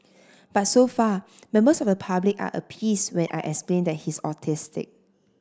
but so far members of the public are appeased when I explain that he's autistic